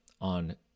on